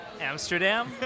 Amsterdam